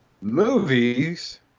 movies